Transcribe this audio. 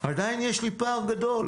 עדיין יש לי פער גדול.